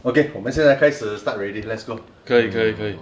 okay 我们现在开始 start already let's go